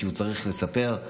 כי הוא צריך לספר.